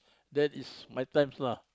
that is my times lah